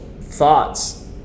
thoughts